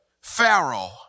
Pharaoh